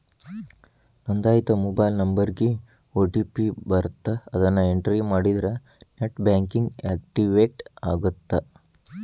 ನೋಂದಾಯಿತ ಮೊಬೈಲ್ ನಂಬರ್ಗಿ ಓ.ಟಿ.ಪಿ ಬರತ್ತ ಅದನ್ನ ಎಂಟ್ರಿ ಮಾಡಿದ್ರ ನೆಟ್ ಬ್ಯಾಂಕಿಂಗ್ ಆಕ್ಟಿವೇಟ್ ಆಗತ್ತ